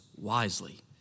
wisely